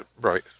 Right